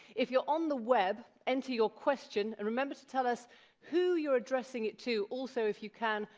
if you're on the web, enter your question, and remember to tell us who you're addressing it to, also, if you can,